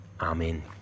Amen